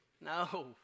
No